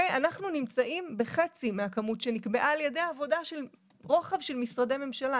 אנחנו נמצאים בחצי מהכמות שנקבעה על ידי עבודת רוחב של משרדי הממשלה,